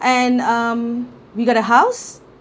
and um we got a house